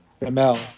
ML